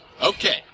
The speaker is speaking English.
Okay